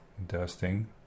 Interesting